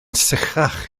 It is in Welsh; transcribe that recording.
sychach